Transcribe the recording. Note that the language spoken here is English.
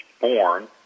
born